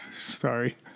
Sorry